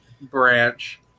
branch